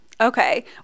Okay